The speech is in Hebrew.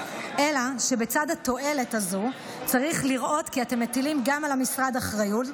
אלא שבצד התועלת הזאת צריך לראות כי אתם מטילים גם על המשרד אחריות,